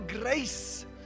grace